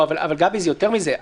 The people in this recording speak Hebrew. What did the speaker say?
גבי, זה יותר מזה.